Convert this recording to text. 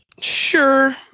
Sure